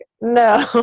no